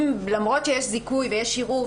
אם למרות שיש זיכוי ויש ערעור,